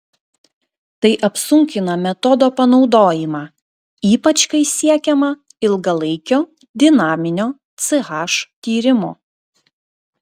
tai apsunkina metodo panaudojimą ypač kai siekiama ilgalaikio dinaminio ch tyrimo